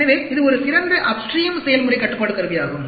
எனவே இது ஒரு சிறந்த அப்ஸ்ட்ரீம் செயல்முறை கட்டுப்பாடு கருவியாகும்